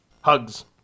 Hugs